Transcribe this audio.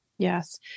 Yes